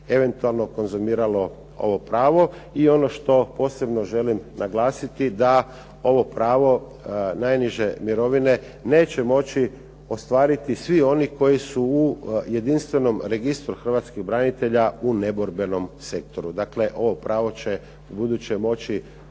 eventualno konzumiralo ovo pravo. I ono što želim posebno naglasiti da ovo pravo najniže mirovine neće moći ostvariti svi oni koji su u jedinstvenom registru Hrvatskih branitelja u neborbenom sektoru. Dakle, ovo pravo će ubuduće moći